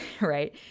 right